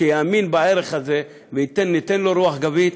שיאמין בערך הזה וייתן, ניתן לו רוח גבית.